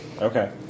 Okay